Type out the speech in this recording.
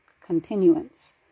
continuance